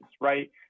right